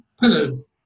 pillars